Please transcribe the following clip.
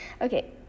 Okay